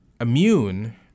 immune